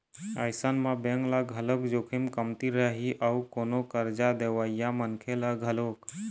अइसन म बेंक ल घलोक जोखिम कमती रही अउ कोनो करजा देवइया मनखे ल घलोक